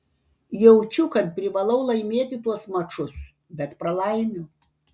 jaučiu kad privalau laimėti tuos mačus bet pralaimiu